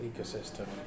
ecosystem